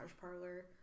parlor